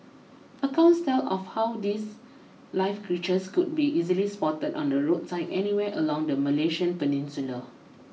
accounts tell of how these live creatures could be easily spotted on the roadside anywhere along the Malaysian peninsula